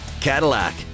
Cadillac